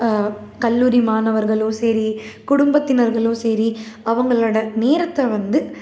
கல்லூரி மாணவர்களும் சரி குடும்பத்தினர்களும் சரி அவங்களோட நேரத்தை வந்து